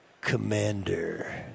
commander